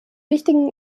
wichtigen